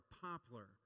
poplar